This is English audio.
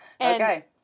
Okay